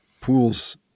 pools